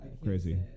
crazy